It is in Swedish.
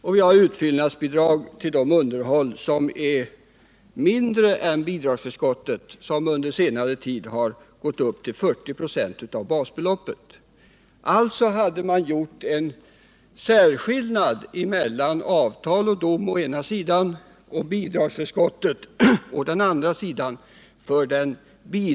Det ges också utfyllnadsbidrag till dem som har ett underhåll som är mindre än bidragsförskottet, vilket under senare tid har uppgått till 40 96 av basbeloppet. Alltså hade man för den bidragsberättigade gjort en särskillnad mellan avtal och dom å ena sidan och bidragsförskott å andra sidan.